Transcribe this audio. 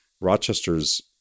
Rochester's